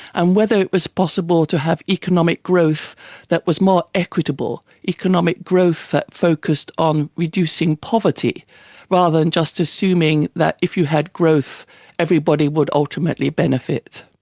and whether it was possible to have economic growth that was more equitable, economic growth that focused on reducing poverty rather than just assuming that if you had growth everybody would ultimately benefit.